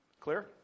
Clear